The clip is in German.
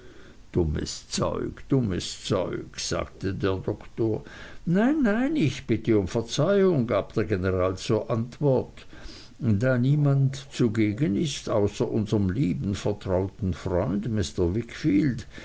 dummes zeug dummes zeug sagte der doktor nein nein ich bitte um verzeihung gab der general zur antwort da niemand zugegen ist außer unserm lieben vertrauten freund mr